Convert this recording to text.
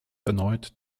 erneut